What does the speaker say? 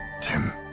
Tim